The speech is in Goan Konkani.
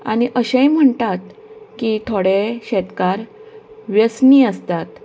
आनी अशेंय म्हणटात की थोडे शेतकार व्यसनी आसतात